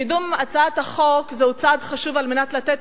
קידום הצעת החוק הוא צעד חשוב על מנת לתת